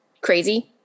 crazy